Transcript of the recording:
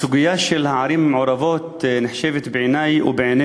הסוגיה של הערים המעורבות נחשבת בעיני ובעיני